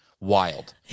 wild